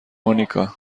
مونیکا